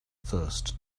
first